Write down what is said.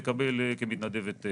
תקבל כמתנדבת.